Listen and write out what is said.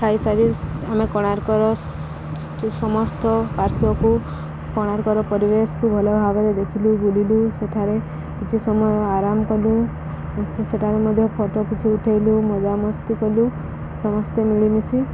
ଖାଇସାରି ଆମେ କୋଣାର୍କର ସମସ୍ତ ପାର୍ଶ୍ଵକୁ କୋଣାର୍କର ପରିବେଶକୁ ଭଲ ଭାବରେ ଦେଖିଲୁ ବୁଲିଲୁ ସେଠାରେ କିଛି ସମୟ ଆରାମ କଲୁ ସେଠାରେ ମଧ୍ୟ ଫଟୋ କିଛି ଉଠେଇଲୁ ମଜାମସ୍ତି କଲୁ ସମସ୍ତେ ମିଳିମିଶି